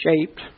shaped